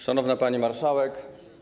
Szanowna Pani Marszałek!